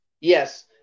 Yes